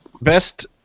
best